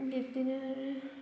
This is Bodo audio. बिब्दिनो आरो